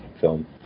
film